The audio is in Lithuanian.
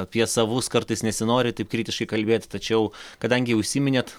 apie savus kartais nesinori taip kritiškai kalbėti tačiau kadangi užsiminėt